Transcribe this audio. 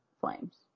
Flames